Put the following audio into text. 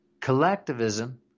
collectivism